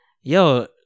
yo